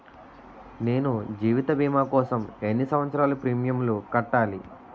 నేను జీవిత భీమా కోసం ఎన్ని సంవత్సారాలు ప్రీమియంలు కట్టాలి?